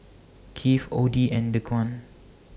Kieth Odie and Dequan